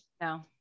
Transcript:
No